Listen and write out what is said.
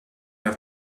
have